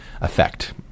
effect